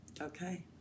Okay